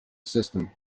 system